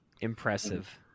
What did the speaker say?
Impressive